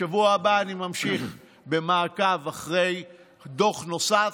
בשבוע הבא אני ממשיך במעקב אחרי דוח נוסף,